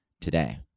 today